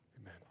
Amen